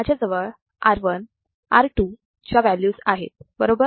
माझ्याजवळ R1 R2 च्या values आहेत बरोबर